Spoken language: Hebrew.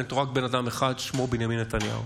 יש בן אדם אחד, שמו בנימין נתניהו,